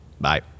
Bye